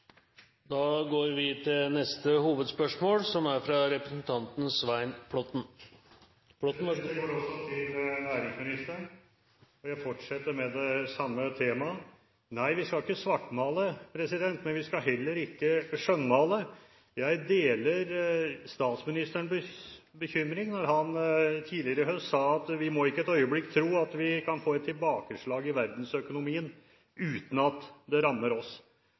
Da går vi til neste hovedspørsmål. Mitt spørsmål går også til næringsministeren, og jeg fortsetter med det samme temaet. Nei, vi skal ikke svartmale, men vi skal heller ikke skjønnmale. Jeg deler statsministerens bekymring; han sa tidligere i høst at vi må ikke et øyeblikk tro at vi kan få et tilbakeslag i verdensøkonomien uten at det rammer oss.